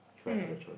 if I had the choice